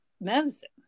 medicine